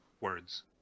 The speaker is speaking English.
words